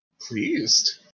Pleased